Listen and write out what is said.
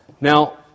Now